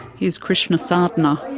here's krishna sadhana.